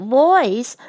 voice